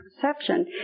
perception